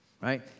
right